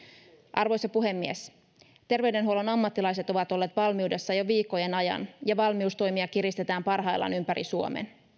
arvoisa puhemies terveydenhuollon ammattilaiset ovat olleet valmiudessa jo viikkojen ajan ja valmiustoimia kiristetään parhaillaan ympäri suomen